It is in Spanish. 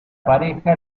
pareja